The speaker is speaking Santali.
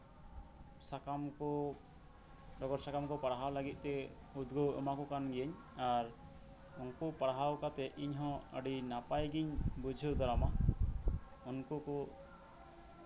ᱥᱟᱠᱟᱢ ᱠᱩ ᱰᱚᱜᱚᱨ ᱥᱟᱠᱟᱢ ᱠᱩ ᱯᱟᱲᱦᱟᱣ ᱞᱟᱹᱜᱤᱫ ᱛᱮ ᱩᱫᱜᱟᱹᱣ ᱮᱢᱟᱠᱚ ᱠᱟᱱ ᱜᱤᱭᱟᱹᱧ ᱟᱨ ᱩᱱᱠᱩ ᱯᱟᱲᱦᱟᱣ ᱠᱟᱛᱮ ᱤᱧᱦᱚᱸ ᱟᱹᱰᱤ ᱱᱟᱯᱟᱭ ᱜᱤᱧ ᱵᱩᱡᱷᱟᱹᱣ ᱫᱟᱨᱟᱢᱟ ᱩᱱᱠᱩ ᱠᱩ